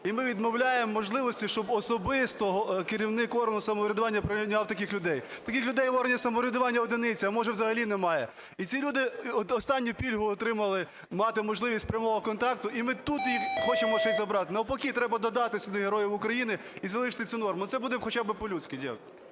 І ми відмовляємо можливості, щоб особисто керівник органу самоврядування прийняв таких людей? Таких людей в органі самоврядування одиниця, а може взагалі немає. І ці люди останню пільгу отримали, мати можливість прямого контакту, і ми тут їх хочемо ще забрати. Навпаки треба додати сюди Героя України і залишити цю норму, це буде хоча би по-людськи.